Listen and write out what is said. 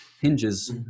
hinges